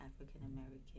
African-American